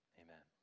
amen